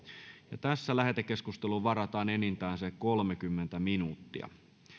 lähetekeskusteluun varataan enintään kolmekymmentä minuuttia